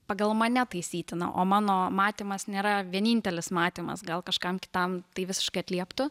pagal mane taisytina o mano matymas nėra vienintelis matymas gal kažkam kitam tai visiškai atlieptų